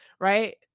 right